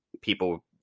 people